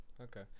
Okay